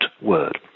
word